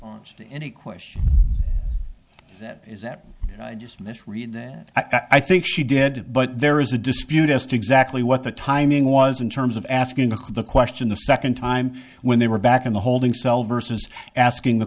to any question that is that mis read that i think she did it but there is a dispute as to exactly what the timing was in terms of asking the question the second time when they were back in the holding cell versus asking the